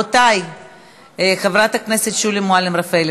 חברת הכנסת שולי מועלם-רפאלי,